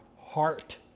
heart